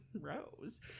Rose